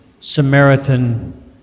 Samaritan